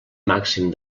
màxim